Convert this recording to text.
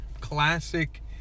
classic